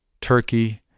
Turkey